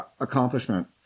accomplishment